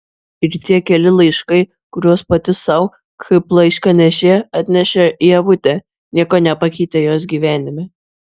ir tie keli laiškai kuriuos pati sau kaip laiškanešė atnešė ievutė nieko nepakeitė jos gyvenime